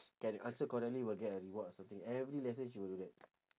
can answer correctly will get a reward or something every lesson she will do that